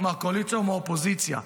מהקואליציה ומהאופוזיציה,